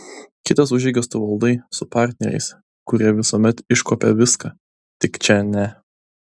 kitas užeigas tu valdai su partneriais kurie visuomet iškuopia viską tik čia ne